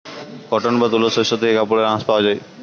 cotton বা তুলো শস্য থেকে কাপড়ের আঁশ পাওয়া যায়